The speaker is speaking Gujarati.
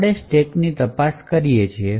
આપણે સ્ટેકની તપાસ કરીએ છીએ